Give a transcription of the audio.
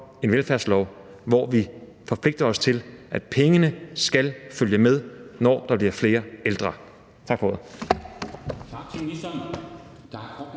en velfærdslov, hvor vi forpligter os til, at pengene skal følge med, når der bliver flere ældre. Tak for ordet.